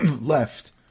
left